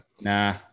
Nah